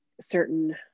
certain